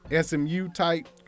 SMU-type